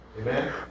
Amen